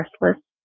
restless